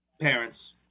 Parents